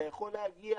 אתה יכול להגיע,